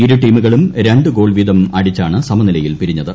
ഇരു ടീമുകളും രണ്ടു ഗോൾ വീതം അടിച്ചാണ് സമനിലയിൽ പിരിഞ്ഞത്